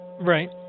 Right